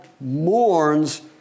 mourns